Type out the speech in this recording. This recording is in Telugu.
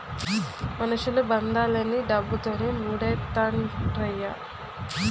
మనుషులు బంధాలన్నీ డబ్బుతోనే మూడేత్తండ్రయ్య